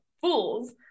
Fools